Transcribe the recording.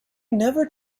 never